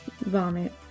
Vomit